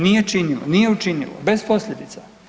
Nije činilo, nije učinilo bez posljedica.